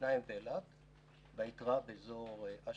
שניים באילת והיתרה באזור אשקלון.